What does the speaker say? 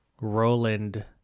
Roland